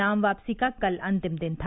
नाम वापसी का कल अंतिम दिन था